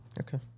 Okay